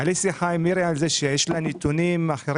הייתה לי שיחה עם מירי על זה שיש לה נתונים אחרים